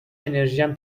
انرژیم